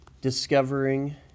discovering